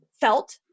felt